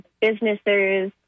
Businesses